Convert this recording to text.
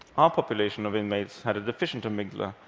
um population of inmates had a deficient amygdala,